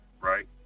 Right